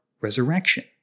resurrection